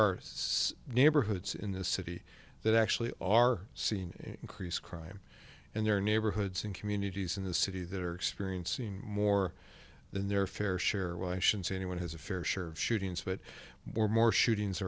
are neighborhoods in the city that actually are seeing increased crime in their neighborhoods and communities in the city that are experiencing more than their fair share why should anyone has a fair share of shootings but more and more shootings